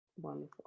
wonderful